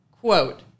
quote